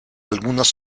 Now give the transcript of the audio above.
algunas